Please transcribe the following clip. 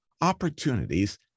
opportunities